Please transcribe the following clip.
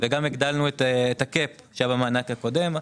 וגם הגדלנו את הקאפ שהיה במענק הקודם.